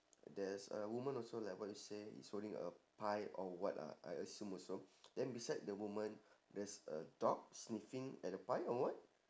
there's a woman also like what you say is holding a pie or what lah I assume also then beside the woman there's a dog sniffing at the pie or what